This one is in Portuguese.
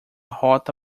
rota